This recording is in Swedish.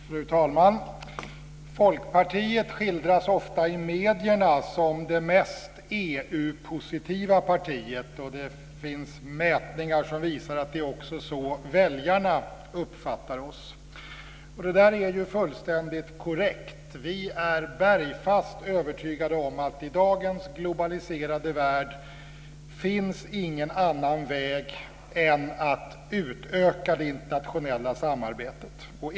Fru talman! Folkpartiet skildras ofta i medierna som det mest EU-positiva partiet. Det finns mätningar som visar att det också är så väljarna uppfattar oss. Detta är fullständigt korrekt. Vi är bergfast övertygade om att i dagens globaliserade värld finns ingen annan väg att gå än att utöka det internationella samarbetet.